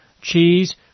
cheese